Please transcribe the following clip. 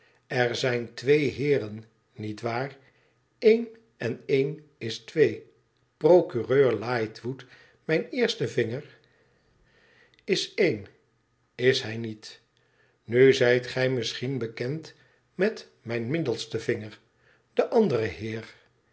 r zijn twee heeren niet waar een en een is twee procureur lightwood mijn eerste vinger is één is hij niet nu zijt gij misschien bekend met mijn middelsten vinger den anderen heer